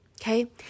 Okay